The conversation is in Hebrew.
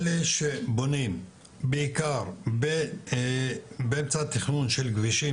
אלה שבונים בעיקר באמצע התכנון של כבישים